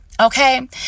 okay